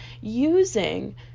using